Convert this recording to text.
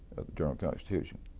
journal-constitution,